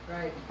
Right